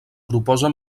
proposa